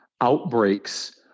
outbreaks